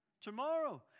Tomorrow